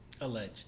Alleged